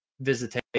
visitation